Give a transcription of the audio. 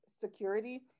security